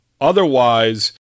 Otherwise